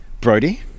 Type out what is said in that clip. brody